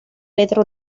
letra